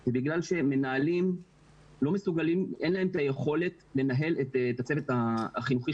זה בגלל שלמנהלים אין את היכולת לנהל את הצוות החינוכי